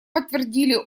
подтвердили